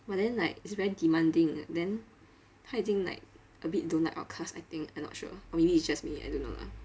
but then like it's very demanding then 他已经 like a bit don't like our class I think I not sure or maybe it's just me I don't know lah